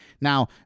Now